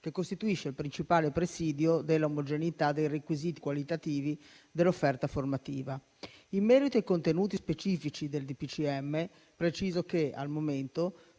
che costituisce il principale presidio dell'omogeneità dei requisiti qualitativi dell'offerta formativa. In merito ai contenuti specifici del DPCM, preciso che al momento